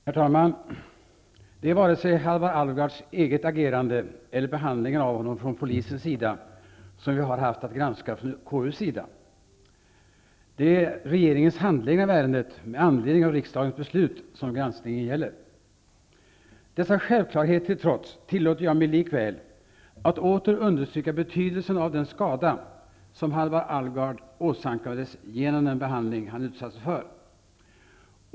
Herr talman! Det är varken Halvar Alvgards eget agerande eller behandlingen av honom från polisens sida som KU har haft anledning att granska. Det är regeringens handläggning av ärendet med anledning av riksdagens beslut som granskningen gäller. Dessa självklarheter till trots tillåter jag mig likväl att åter understryka betydelsen av den skada som Halvar Alvgard åsamkades genom den behandling han utsattes för.